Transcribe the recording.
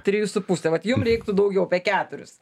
trijų su puse vat jum reiktų daugiau apie keturis